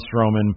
Strowman